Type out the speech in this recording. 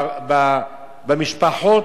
במשפחות,